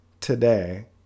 today